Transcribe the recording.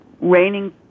raining